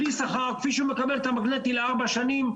בלי שכר כפי שהוא מקבל את המגנטי לארבע שנים,